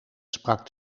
sprak